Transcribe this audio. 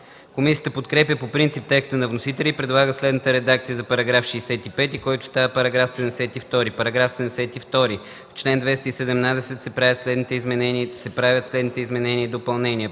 Комисията подкрепя по принцип текста на вносителя и предлага следната редакция за § 66, който става § 73: „§ 73. В чл. 218 се правят следните изменения и допълнения: